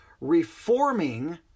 Reforming